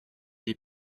les